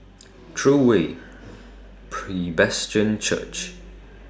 True Way Church